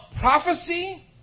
prophecy